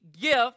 gift